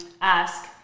ask